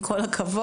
עם כל הכבוד,